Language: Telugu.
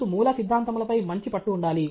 మీకు మూలసిద్ధాంతముల పై మంచి పట్టు ఉండాలి